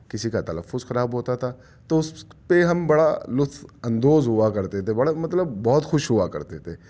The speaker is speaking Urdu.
کسی کا تلفظ خراب ہوتا تھا تو اس پہ ہم بڑا لطف اندوز ہوا کرتے تھے بڑے مطلب بہت خوش ہوا کرتے تھے